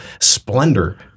splendor